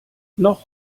noch